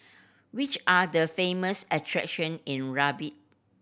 which are the famous attraction in Rabat